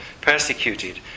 persecuted